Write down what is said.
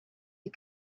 you